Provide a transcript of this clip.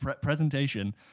Presentation